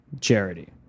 charity